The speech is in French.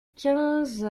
quinze